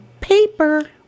paper